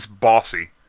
bossy